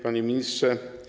Panie Ministrze!